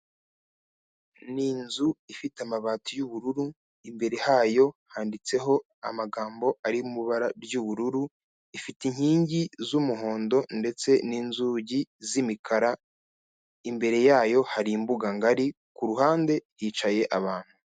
Ni inzu ifite amabati y'ubururu, imbere hayo handitseho amagambo ari mu ibara ry'ubururu, ifite inkingi z'umuhondo ndetse n'inzugi z'imikara, imbere yayo hari imbuga ngari, ku ruhande hicaye abantu.